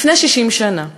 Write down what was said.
לפני 60 שנה,